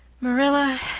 marilla,